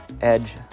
edge